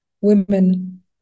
women